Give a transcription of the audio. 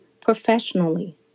professionally